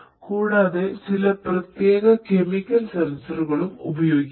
കൂടാതെ ചില പ്രത്യേക കെമിക്കൽ സെൻസറുകളും ഉപയോഗിക്കാം